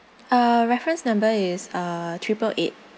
uh reference number is uh triple eight